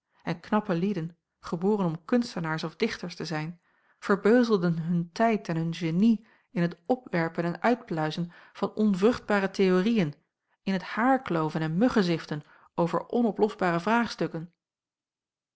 en knappe lieden geboren om kunstenaars of dichters te zijn verbeuzelden hun tijd en hun genie in het opwerpen en uitpluizen van onvruchtbare theoriën in het haarkloven en muggeziften over onoplosbare vraagstukken